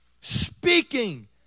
speaking